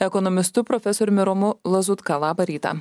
ekonomistu profesoriumi romu lazutka labą rytą